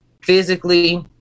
physically